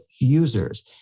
users